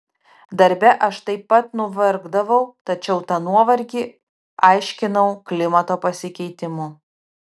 darbe aš taip pat nuvargdavau tačiau tą nuovargį aiškinau klimato pasikeitimu